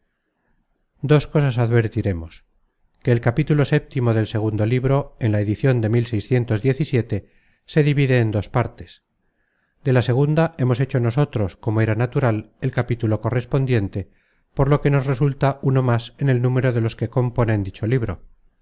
dos cosas advertiremos que el capítulo vi del segundo libro en la edicion de se divide en dos partes de la segunda hemos hecho nosotros como era natural el capítulo correspondiente por lo que nos resulta uno más en el número de los que componen dicho libro